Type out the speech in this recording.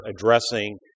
addressing